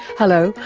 hello,